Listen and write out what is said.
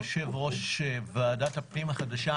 יושב-ראש ועדת הפנים החדשה,